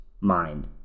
mind